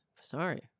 Sorry